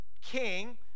king